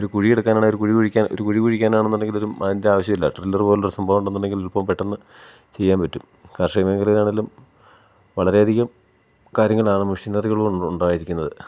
ഒരു കുഴിയെടുക്കാനാണേൽ ഒരു കുഴി കുഴിക്കാൻ ഒരു കുഴി കുഴിക്കാനാണെന്നൊണ്ടെങ്കിലൊരു മാന്റെ ആവശ്യമില്ല ട്രില്ലറ് പോലൊള്ളൊരു സംഭവം ഉണ്ടെന്ന് ഉണ്ടെങ്കിൽ ഇപ്പം പെട്ടെന്ന് ചെയ്യാന് പറ്റും കാർഷിക മേഖലയിലാണേലും വളരെയധികം കാര്യങ്ങളാണ് മെഷിനറികൾ കൊണ്ട് ഉണ്ടായിരിക്കുന്നത്